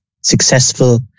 successful